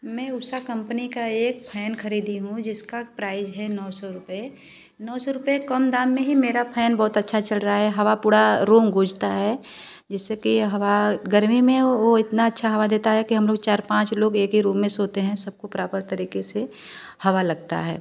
मैं उषा कंपनी का एक फैन ख़रीदी हूँ जिसका प्राइज है नौ सौ रुपये नौ सौ कम दाम मे ही मेरा फैन बहुत अच्छा चल रहा है हवा पूरे रूम गूंजता है जिससे कि हवा गर्मी में वो इतना अच्छा हवा देता है कि हम लोग चार पाँच लोग एक ही रूम में सोते हैं सब को बराबर तरीक़े से हवा लगती है